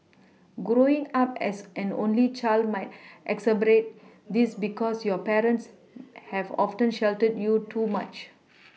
growing up as an only child might exacerbate this because your parents have often sheltered you too much